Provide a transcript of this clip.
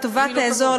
לטובת האזור,